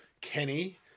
Kenny